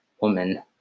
woman